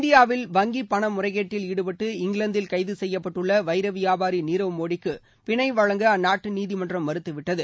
இந்தியாவில் வங்கி பண முறைகேட்டில் ஈடுபட்டு இங்கிலாந்தில் கைது செய்யப்பட்டுள்ள வைர வியாபாரி நீரவ் மோடிக்கு பிணை வழங்க அந்நாட்டு நீதிமன்றம் மறுத்துவிட்டது